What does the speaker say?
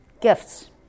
gifts